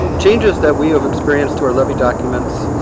changes that we have experienced to our levy documents